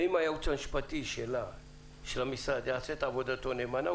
אם הייעוץ המשפטי של המשרד יעשה עבודתו נאמנה,